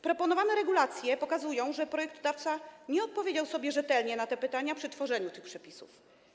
Proponowane regulacje pokazują, że projektodawca nie odpowiedział sobie rzetelnie na te pytania przy tworzeniu tych przepisów.